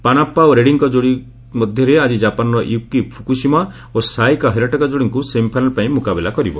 ପନ୍ନାପା ଓ ରେଡ୍ଭୀଙ୍କ ଯୋଡ଼ିଙ୍କ ମଧ୍ୟରେ ଆକି ଜାପାନର ୟୁକି ଫୁକୁସିମା ଓ ସାୟାକା ହିରଟକା ଯୋଡ଼ିଙ୍କୁ ସେମିଫାଇନାଲ୍ ପାଇଁ ମୁକାବିଲା କରିବ